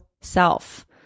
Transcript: self